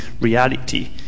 reality